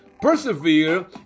persevere